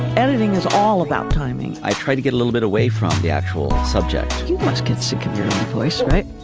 editing is all about timing. i tried to get a little bit away from the actual subject. you get sick of your place, right?